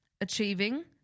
achieving